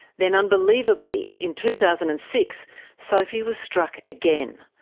then, unbelievably, in two thousand and six sophie was struck again,